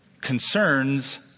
concerns